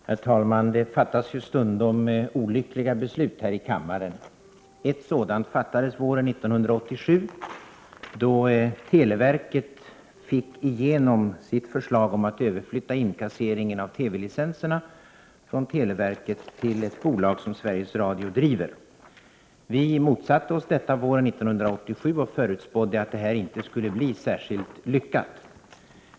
Herr talman! Det fattas stundom olyckliga beslut här i kammaren. Ett sådant fattades våren 1987, då televerket fick igenom sitt förslag om att överflytta inkasseringen av TV-licenser från televerket till ett bolag som Sveriges Radio driver. Vi motsatte oss detta våren 1987 och förutspådde att det inte skulle bli särskilt lyckat.